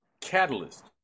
catalyst